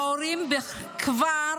ההורים כבר